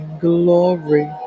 glory